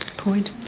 point.